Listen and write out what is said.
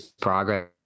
progress